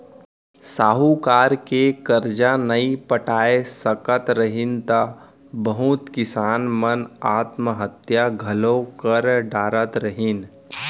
साहूकार के करजा नइ पटाय सकत रहिन त बहुत किसान मन आत्म हत्या घलौ कर डारत रहिन